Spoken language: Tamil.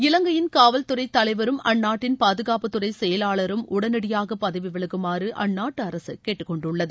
இலங்கையின் காவல்துறை தலைவரும் அந்நாட்டின் பாதுகாப்புத்துறை செயாளரும் உடனடியாக பதவி விலகுமாறு அந்நாட்டு அரசு கேட்டுக்கொண்டுள்ளது